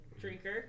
drinker